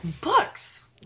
books